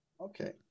Okay